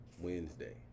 wednesday